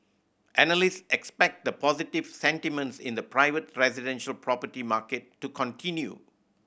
analyst expect the positive sentiments in the private residential property market to continue